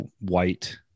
white